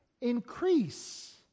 increase